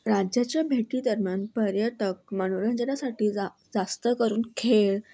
राज्याच्या भेटीदरम्यान पर्यटक मनोरंजनासाठी जा जास्त करून खेळ